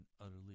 utterly